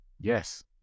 Yes